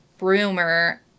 rumor